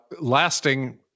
lasting